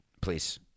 please